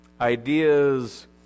ideas